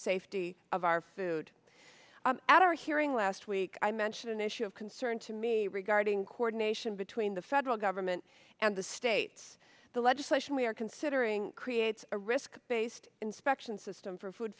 safety of our food at our hearing last week i mentioned an issue of concern to me regarding coordination between the federal government and the states the legislation we are considering creates a risk based inspection system for food